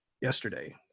yesterday